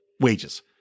wages